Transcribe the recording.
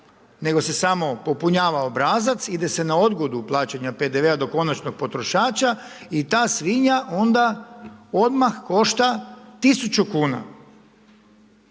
nego se samo popunjava obrazac, ide se na odgodu plaćanja PDV-a do konačnog potrošača i ta svinja onda odmah košta 1000 kuna.